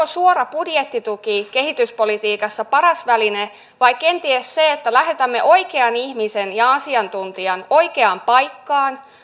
suora budjettituki kehityspolitiikassa paras väline vai kenties se että lähetämme oikean ihmisen ja asiantuntijan oikeaan paikkaan